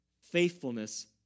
Faithfulness